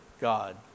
God